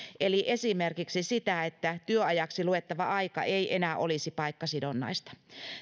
eli esimerkiksi sitä että työajaksi luettava aika ei enää olisi paikkasidonnaista